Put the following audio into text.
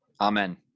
Amen